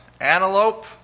antelope